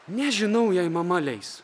nežinau jei mama leis